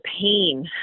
pain